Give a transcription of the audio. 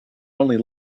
only